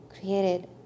created